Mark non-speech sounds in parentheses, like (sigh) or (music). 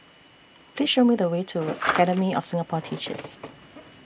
Please Show Me The Way to (noise) Academy of Singapore Teachers